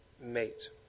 mate